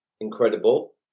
incredible